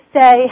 say